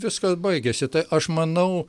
viskas baigėsi tai aš manau